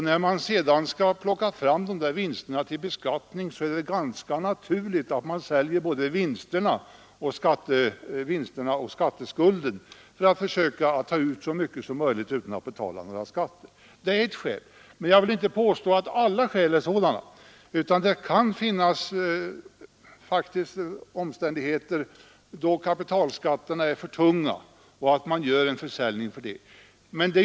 När man sedan skall plocka fram de där vinsterna till beskattning är det ganska naturligt att man säljer både vinsterna och skatteskulden för att försöka ta ut så mycket som möjligt utan att betala några skatter. Det är ett skäl, men jag vill inte påstå att alla skäl är sådana. Det kan faktiskt finnas fall där kapitalskatterna är för tunga, så att man gör en försäljning för den sakens skull.